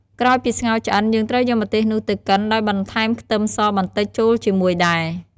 ក្រោយពីស្ងោរឆ្អិន យើងត្រូវយកម្ទេសនោះទៅកិន ដោយបន្ថែមខ្ទឹមសបន្តិចចូលជាមួយដែរ។